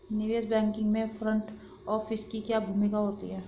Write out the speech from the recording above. निवेश बैंकिंग में front office की क्या भूमिका होती है?